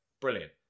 brilliant